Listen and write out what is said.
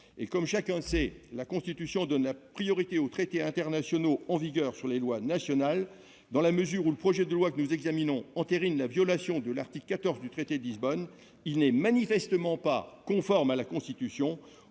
Comme chacun le sait, la Constitution donne la priorité aux traités internationaux en vigueur sur les lois nationales. Dans la mesure où le projet de loi que nous examinons entérine la violation de l'article 14 du traité de Lisbonne, il n'est manifestement pas conforme à la Constitution